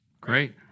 Great